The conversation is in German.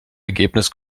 ergebnis